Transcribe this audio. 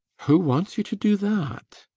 who wants you to do that?